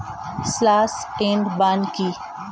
Slash and burn কি?